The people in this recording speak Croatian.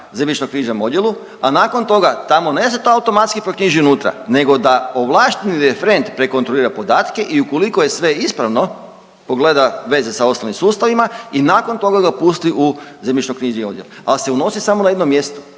zemljišnoknjižnom odjelu, a nakon toga, tamo ne da se to automatski proknjiži unutra, nego da ovlašteni referent prekontrolira podatke i ukoliko je sve ispravno pogleda veze sa ostalim sustavima i nakon toga ga pusti u zemljišnoknjižni odjel, al se unosi samo na jednom mjestu,